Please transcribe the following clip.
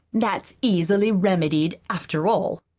that's easily remedied, after all.